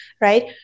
right